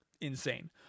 insane